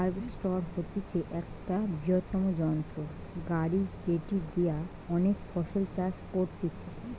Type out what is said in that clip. harvester হতিছে একটা বৃহত্তম যন্ত্র গাড়ি যেটি দিয়া অনেক ফসল চাষ করতিছে